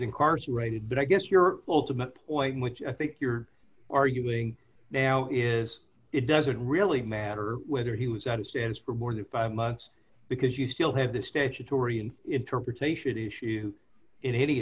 incarcerated but i guess your ultimate point which i think you're arguing now is it doesn't really matter whether he was out of stance for more than five months because you still have the statutory and interpretation issue in any